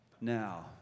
Now